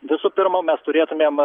visų pirma mes turėtumėm